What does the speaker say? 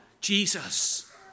Jesus